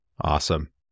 Awesome